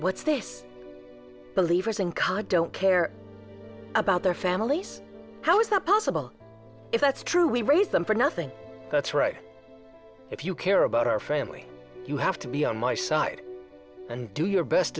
what's this believers in car don't care about their families how is that possible if that's true we raise them for nothing that's right if you care about our family you have to be on my side and do your best